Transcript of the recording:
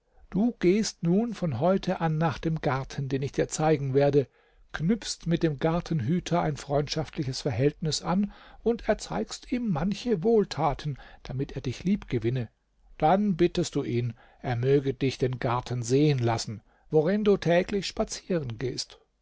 du gehst nun von heute an nach dem garten den ich dir zeigen werde knüpfst mit dem gartenhüter ein freundschaftliches verhältnis an und erzeigst ihm manche wohltaten damit er dich liebgewinne dann bittest du ihn er möge dich den garten sehen lassen worin du täglich spazieren gehst